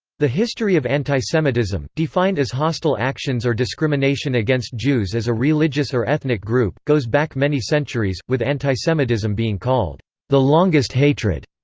the history of antisemitism, defined as hostile actions or discrimination against jews as a religious or ethnic group, goes back many centuries, with antisemitism being called the longest hatred.